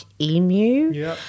Emu